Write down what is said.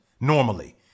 normally